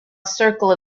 circle